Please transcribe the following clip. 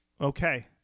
Okay